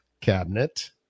cabinet